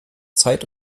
zeit